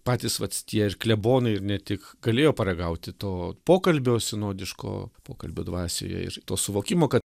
patys vat tie ir klebonai ir ne tik galėjo paragauti to pokalbio sinodiško pokalbio dvasioje ir to suvokimo kad